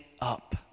up